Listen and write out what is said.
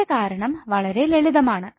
ഇതിന്റെ കാരണം വളരെ ലളിതമാണ്